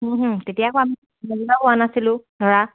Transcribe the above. তেতিয়া আকৌ আমি নাছিলোঁ ধৰা